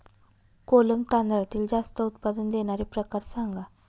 कोलम तांदळातील जास्त उत्पादन देणारे प्रकार सांगा